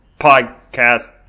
podcast